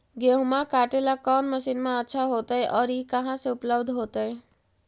गेहुआ काटेला कौन मशीनमा अच्छा होतई और ई कहा से उपल्ब्ध होतई?